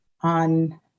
on